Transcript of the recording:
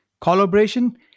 Collaboration